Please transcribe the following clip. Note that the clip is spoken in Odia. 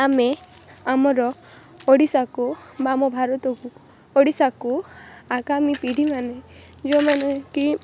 ଆମେ ଆମର ଓଡ଼ିଶାକୁ ବା ଆମ ଭାରତକୁ ଓଡ଼ିଶାକୁ ଆଗାମୀ ପିଢ଼ି ମାନେ ଯେଉଁମାନେ କି